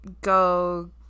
go